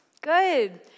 good